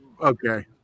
Okay